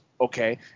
Okay